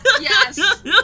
Yes